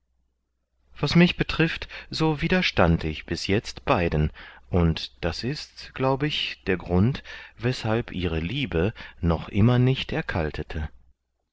was mich betrifft so widerstand ich bis jetzt beiden und das ist glaub ich der grund weßhalb ihre liebe noch immer nicht erkaltete